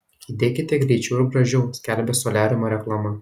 įdekite greičiau ir gražiau skelbia soliariumo reklama